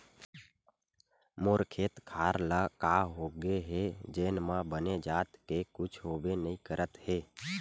मोर खेत खार ल का होगे हे जेन म बने जात के कुछु होबे नइ करत हे